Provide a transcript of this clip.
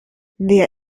wer